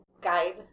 guide